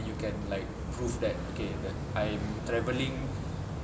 then you can like prove that okay that I'm travelling